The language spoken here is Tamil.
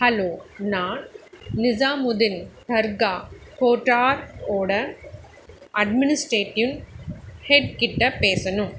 ஹலோ நான் நிசாமுதின் தர்கா கோர்ட்யார் ஓட அட்மினிஸ்ட்ரேட்டிவ் ஹெட் கிட்டே பேசணும்